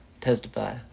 Testify